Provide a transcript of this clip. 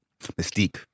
mystique